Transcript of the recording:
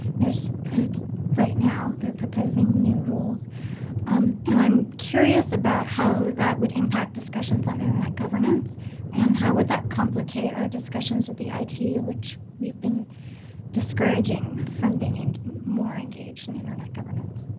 there's right now they're proposing new rules. um and i'm curious about how that would impact discussions on internet governance and how would that complicate our discussions with the itu which we've been discouraging from being more engaged in internet governance.